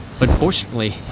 unfortunately